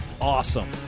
awesome